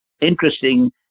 interesting